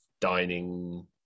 dining